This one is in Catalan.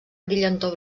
brillantor